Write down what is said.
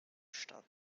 statt